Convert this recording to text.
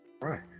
Right